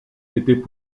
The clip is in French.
étaient